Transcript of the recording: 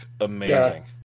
amazing